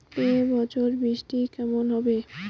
এবছর বৃষ্টি কেমন হবে?